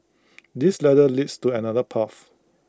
this ladder leads to another path